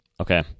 Okay